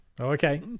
Okay